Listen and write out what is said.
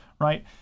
right